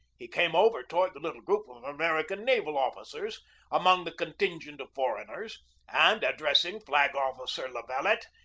he came over toward the little group of american naval officers among the contingent of for eigners and, addressing flag-officer la valette,